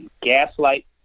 Gaslight